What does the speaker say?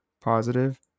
positive